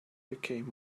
became